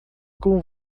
com